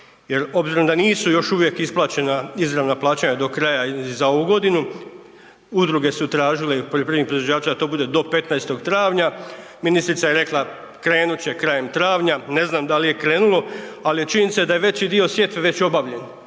Jer obzirom da nisu još uvijek isplaćena izravna plaća do kraja za ovu godinu, udruge su tražile poljoprivrednih proizvođača, da to bude do 15. travnja. Ministrica je rekla krenut će krajem travnja, ne znam da li je krenulo, ali činjenica je da je veći dio sjetve već obavljen,